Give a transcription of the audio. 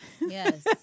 Yes